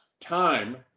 time